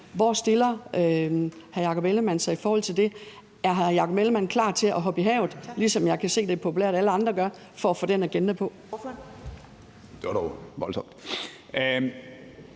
Hvor stiller hr. Jakob Ellemann-Jensen sig i forhold til det? Er hr. Jakob Ellemann-Jensen klar til at hoppe i havet, ligesom jeg kan se det er populært at alle andre gør, for at få det på agendaen?